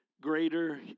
greater